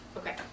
Okay